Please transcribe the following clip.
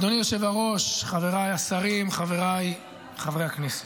אדוני היושב-ראש, חבריי השרים, חבריי חברי הכנסת,